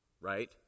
right